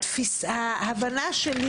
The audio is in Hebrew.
וההבנה שלי,